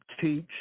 teach